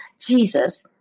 Jesus